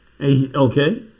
Okay